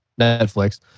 Netflix